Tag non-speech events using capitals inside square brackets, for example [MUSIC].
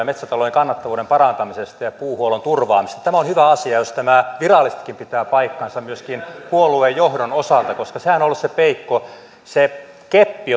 [UNINTELLIGIBLE] metsätalouden kannattavuuden parantamisesta ja puuhuollon turvaamisesta tämä on hyvä asia jos tämä virallisestikin pitää paikkansa myöskin puoluejohdon osalta sehän on ollut se peikko se keppi [UNINTELLIGIBLE]